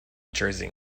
jersey